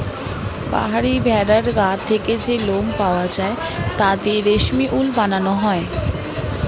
পাহাড়ি ভেড়ার গা থেকে যে লোম পাওয়া যায় তা দিয়ে রেশমি উল বানানো হয়